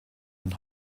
von